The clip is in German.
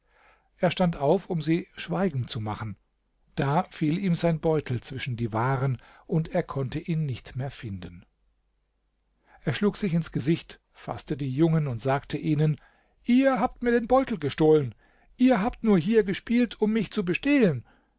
er stand auf um sie schweigen zu machen da fiel ihm sein beutel zwischen die waren und er konnte ihn nicht mehr finden er schlug sich ins gesicht faßte die jungen und sagte ihnen ihr habt mir den beutel gestohlen ihr habt nur hier gespielt um mich zu bestehlen